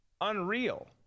unreal